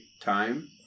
time